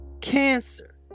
Cancer